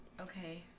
okay